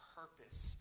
purpose